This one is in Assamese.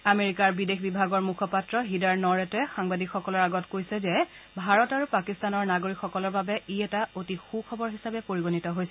আমেৰিকাৰ বিদেশ বিভাগৰ মুখপাত্ৰ হিদাৰ নৌৰেটে সাংবাদিকসকলৰ আগত কৈছে যে ভাৰত আৰু পাকিস্তানৰ নাগৰিকসকলৰ বাবে এই এটা অতি সুখবৰ হিচাপে পৰিগণিত হৈছে